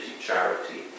charity